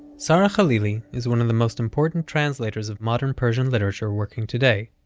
sara khalili is one of the most important translators of modern persian literature working today.